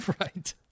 Right